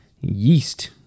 yeast